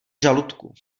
žaludku